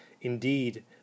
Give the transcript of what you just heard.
Indeed